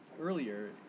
earlier